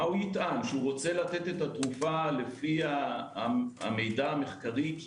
מה יטען שרוצה לתת את התרופה לפי המידע המחקרי כי